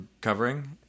covering